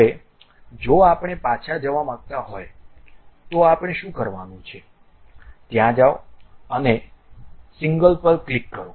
હવે જો આપણે પાછા જવા માંગતા હોય તો આપણે શું કરવાનું છે ત્યાં જાઓ અને સિંગલ પર ક્લિક કરો